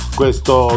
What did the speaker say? questo